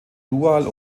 dual